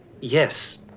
Yes